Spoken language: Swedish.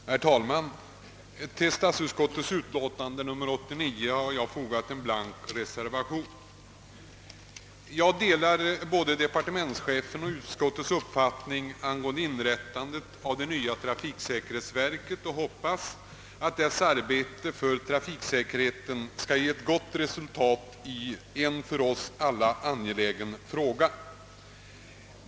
Herr talman! Till statsutskottets utlåtande nr 89 har jag fogat en blank reservation. Jag delar både departementschefens och utskottets uppfattning angående inrättandet av det nya trafiksäkerhetsverket och hoppas att dess arbete för trafiksäkerheten skall ge ett gott resultat i en för oss alla angelägen fråga.